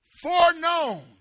foreknown